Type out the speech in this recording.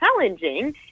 challenging